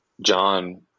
John